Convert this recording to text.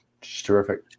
terrific